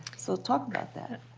so talk about that.